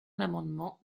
l’amendement